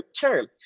term